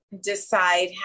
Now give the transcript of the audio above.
decide